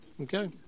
Okay